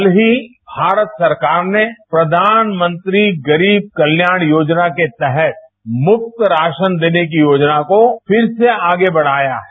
कल ही भारत सरकार ने प्रधानमंत्री गरीब कल्याण योजना के तहत मुफ्त राशन देने की योजना को छिर से आगे बढ़ाया है